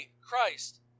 Christ